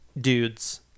dudes